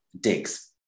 digs